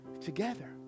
together